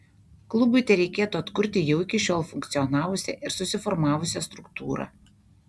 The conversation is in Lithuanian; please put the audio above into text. klubui tereikėtų atkurti jau iki šiol funkcionavusią ir susiformavusią struktūrą